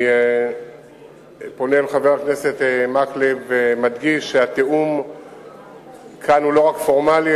אני פונה אל חבר הכנסת מקלב ומדגיש שהתיאום כאן הוא לא רק פורמלי,